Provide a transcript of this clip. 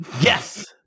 Yes